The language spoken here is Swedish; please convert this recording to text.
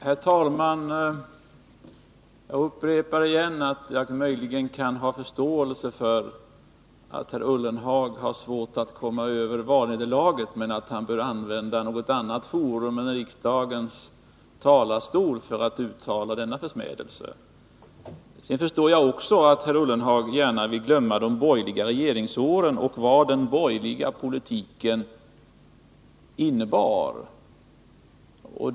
Herr talman! Jag upprepar igen att jag möjligen kan ha förståelse för att herr Ullenhag har svårt att komma över valnederlaget men att han bör använda något annat forum än riksdagens kammare för att uttrycka denna försmädelse. Sedan förstår jag också att herr Ullenhag gärna vill glömma de borgerliga regeringsåren och vad den borgerliga politiken innebar.